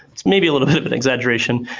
it's maybe a little bit of an exaggeration,